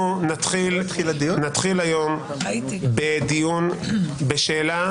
נתחיל היום בדיון בשאלה,